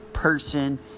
person